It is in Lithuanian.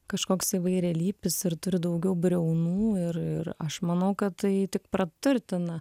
kažkoks įvairialypis ir turi daugiau briaunų ir ir aš manau kad tai tik praturtina